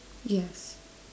yes